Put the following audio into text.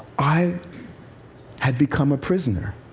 i had become a prisoner.